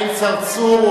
האם צרצור,